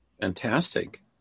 Fantastic